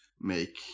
make